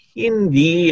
hindi